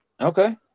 Okay